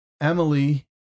Emily